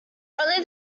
only